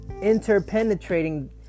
interpenetrating